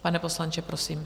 Pane poslanče, prosím.